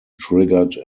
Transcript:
triggered